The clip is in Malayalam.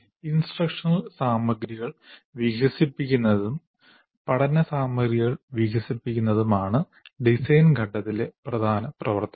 ഇൻസ്ട്രക്ഷനൽ സാമഗ്രികൾ വികസിപ്പിക്കുന്നതും പഠന സാമഗ്രികൾ വികസിപ്പിക്കുന്നതും ആണ് ഡിസൈൻ ഘട്ടത്തിലെ പ്രധാന പ്രവർത്തനം